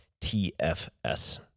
TFS